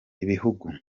ibihugu